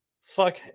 fuck